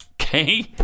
Okay